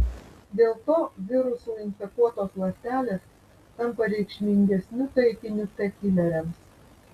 dėl to virusų infekuotos ląstelės tampa reikšmingesniu taikiniu t kileriams